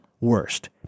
worst